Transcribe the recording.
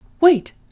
Wait